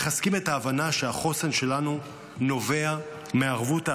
מחזקים את ההבנה שהחוסן שלנו נובע מהערבות ההדדית,